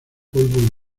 polvo